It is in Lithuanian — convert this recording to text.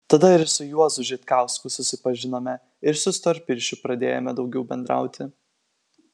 tada ir su juozu žitkausku susipažinome ir su storpirščiu pradėjome daugiau bendrauti